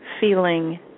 feeling